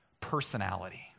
personality